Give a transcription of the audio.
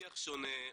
השיח שונה,